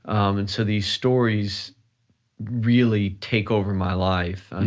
um and so the stories really take over my life. i